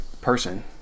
person